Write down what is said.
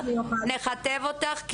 נכתב אותך,